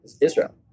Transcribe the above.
Israel